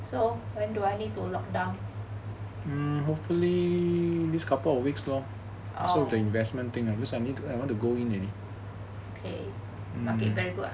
so when do I need to lock down mm okay market very good ah